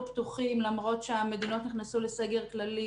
פתוחים למרות שהמדינות נכנסו לסגר כללי,